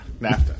NAFTA